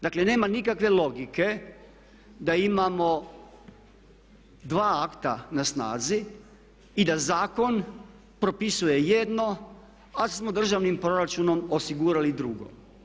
Dakle, nema nikakve logike da imamo akta na snazi i da zakon propisuje jedno, a da smo državnim proračunom osigurali drugo.